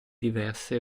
diverse